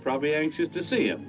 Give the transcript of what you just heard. probably anxious to see